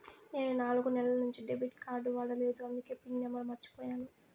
నేను నాలుగు నెలల నుంచి డెబిట్ కార్డ్ వాడలేదు అందికే పిన్ నెంబర్ మర్చిపోయాను